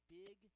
big